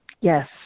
Yes